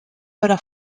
veure